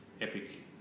epic